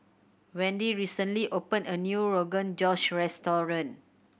Wendy recently opened a new Rogan Josh Restaurant